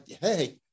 hey